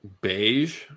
Beige